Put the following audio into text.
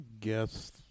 guess